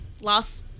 last